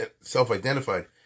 self-identified